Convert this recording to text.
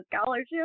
scholarship